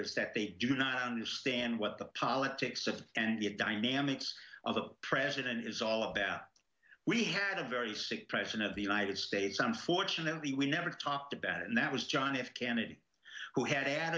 is that they do not understand what the politics of and the dynamics of the president is all about we had a very sick president of the united states unfortunately we never talked about it and that was john f kennedy who had